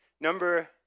Number